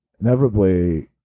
inevitably